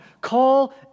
Call